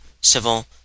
civil